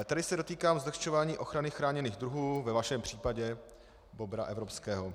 Tady se dotýkám zlehčování ochrany chráněných druhů ve vašem případě bobra evropského.